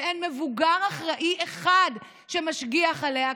שאין מבוגר אחראי אחד שמשגיח עליה,